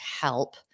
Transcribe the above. help